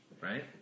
Right